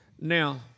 Now